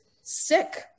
sick